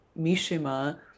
Mishima